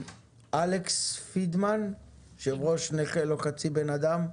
אלכס פרידמן, יושב-ראש "נכה לא חצי בן אדם".